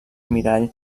mirall